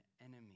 enemy